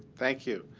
thank you.